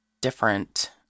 different